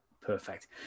perfect